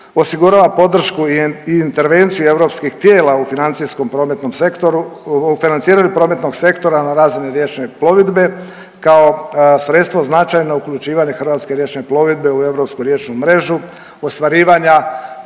osigurava podršku i intervenciju europskih tijela u financijskom prometnom sektoru, u financiranju prometnog sektora na razini riječne plovidbe kao sredstvo značajno uključivanje hrvatske riječne plovidbe u europsku riječnu mrežu ostvarivanja